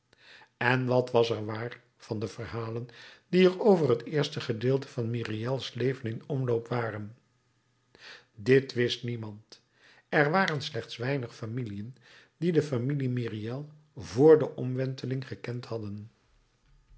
en wat was er waar van de verhalen die er over het eerste gedeelte van myriels leven in omloop waren dit wist niemand er waren slechts weinig familiën die de familie myriel vr de omwenteling gekend hadden